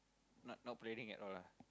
not not planning at all ah